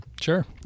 Sure